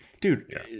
Dude